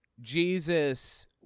Jesus